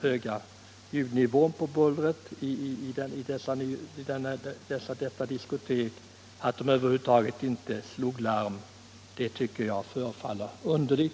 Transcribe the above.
höga ljudnivån på bullret i det diskotek det här gällde, över huvud taget inte slog larm. Det tycker jag förefaller underligt.